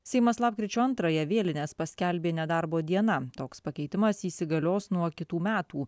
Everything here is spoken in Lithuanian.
seimas lapkričio antrąją vėlines paskelbė nedarbo diena toks pakeitimas įsigalios nuo kitų metų